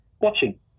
watching